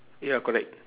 ya correct